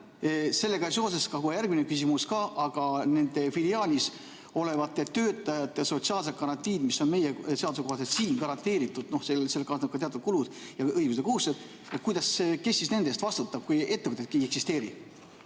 Sellega seoses ka kohe järgmine küsimus. Aga nende filiaalis olevate töötajate sotsiaalsed garantiid, mis on meie seaduse kohaselt siin garanteeritud, sellega kaasnevad ka teatud kulud ja õigused ja kohustused – kes siis nende eest vastutab, kui ettevõtetki ei eksisteeri?